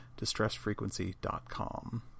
distressfrequency.com